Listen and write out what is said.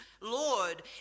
Lord